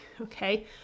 okay